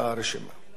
להצביע?